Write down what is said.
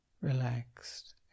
relaxed